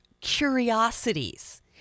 curiosities